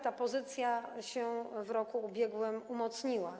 Ta pozycja się w roku ubiegłym umocniła.